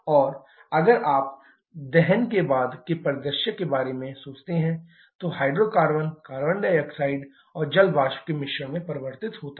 और अगर आप दहन के बाद के परिदृश्य के बारे में सोचते हैं तो हाइड्रोकार्बन कार्बन डाइऑक्साइड और जल वाष्प के मिश्रण में परिवर्तित हो जाता है